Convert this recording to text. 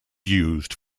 used